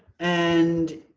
and